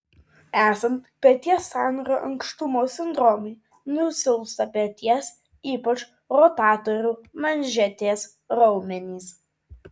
esant peties sąnario ankštumo sindromui nusilpsta peties ypač rotatorių manžetės raumenys